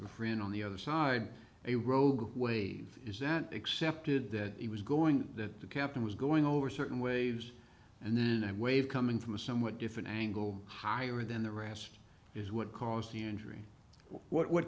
a friend on the other side a rogue wave is that accepted that he was going the captain was going over certain waves and then that wave coming from a somewhat different angle higher than the rest is what caused the injury what